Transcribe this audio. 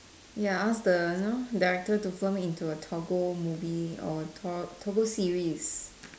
ya ask the you know director to film into a Toggle movie or a tor Toggle series